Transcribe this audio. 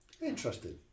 Interesting